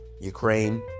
Ukraine